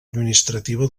administrativa